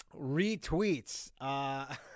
retweets